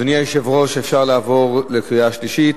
אדוני היושב-ראש, אפשר לעבור לקריאה שלישית?